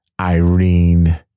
Irene